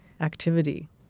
activity